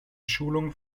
schulung